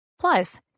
Plus